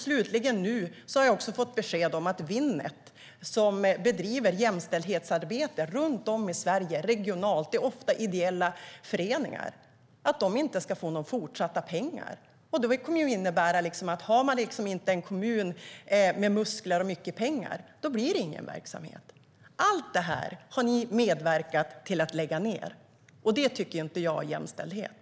Slutligen har jag också fått besked om att Winnet - som ofta består av ideella föreningar - som bedriver jämställdhetsarbete runt om i Sverige inte ska få några fortsatta pengar. Det innebär att om man inte har en kommun bakom sig med muskler och mycket pengar, blir det ingen verksamhet. Allt detta har ni medverkat till att lägga ned. Det tycker inte jag är jämställdhet.